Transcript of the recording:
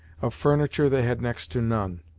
of furniture they had next to none.